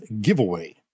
Giveaway